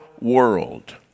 world